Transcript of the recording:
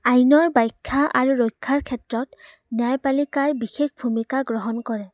আইনৰ বাখ্যা আৰু ৰক্ষাৰ ক্ষেত্ৰত ন্যায়পালিকায় বিশেষ ভূমিকা গ্ৰহণ কৰে